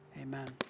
amen